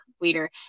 leader